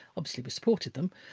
obviously we supported them,